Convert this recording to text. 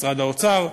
משרד האוצר.